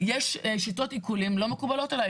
יש שיטות עיקולים שלא מקובלות עליי.